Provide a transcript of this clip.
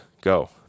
Go